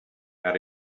got